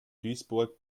duisburg